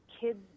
kids